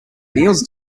kneels